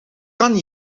kan